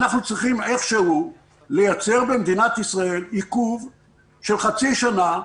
אנחנו צריכים איכשהו לייצר במדינת ישראל עיכוב של חצי שנה,